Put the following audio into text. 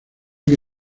que